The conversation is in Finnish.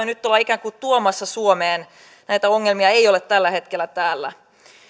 nyt ikään kuin tuomassa suomeen näitä ongelmia ei ole tällä hetkellä täällä